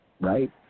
Right